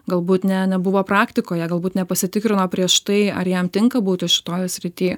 galbūt ne nebuvo praktikoje galbūt nepasitikrino prieš tai ar jam tinka būti šitoje srity